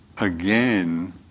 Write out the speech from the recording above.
again